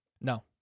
No